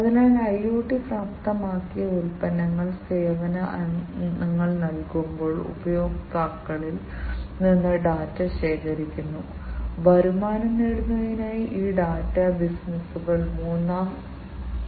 അതിനാൽ പ്രധാനമായും ഈ ഇലക്ട്രോ ഹൈഡ്രോസ്റ്റാറ്റിക് ആക്ച്വേഷൻ സിസ്റ്റങ്ങൾക്ക് അവയുടെ ഇലക്ട്രിക് ഹൈഡ്രോളിക് എതിരാളികളുടെ ഗുണങ്ങൾ സംയോജിപ്പിച്ച് ഉയർന്ന ശക്തി ശേഷി ഉയർന്ന ഊർജ്ജ ദക്ഷത വികേന്ദ്രീകൃത ആക്ച്വേഷൻ എന്നിവ ഉണ്ടാകും